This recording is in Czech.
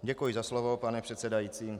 Děkuji za slovo, pane předsedající.